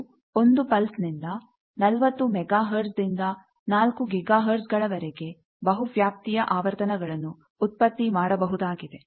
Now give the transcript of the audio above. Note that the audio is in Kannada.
ನೀವು ಒಂದು ಪಲ್ಸ್ ನಿಂದ 40 ಮೆಗಾ ಹರ್ಟ್ಜ್ ದಿಂದ 4 ಗೀಗಾ ಹರ್ಟ್ಜ್ ಗಳವರೆಗೆ ಬಹು ವ್ಯಾಪ್ತಿಯ ಆವರ್ತನಗಳನ್ನು ಉತ್ಪತ್ತಿ ಮಾಡಬಹುದಾಗಿದೆ